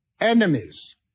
enemies